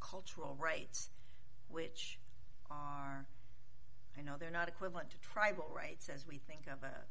cultural rights which are you know they're not equivalent to tribal rights as we